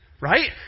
Right